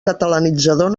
catalanitzador